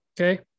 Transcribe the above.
Okay